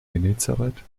genezareth